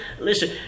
Listen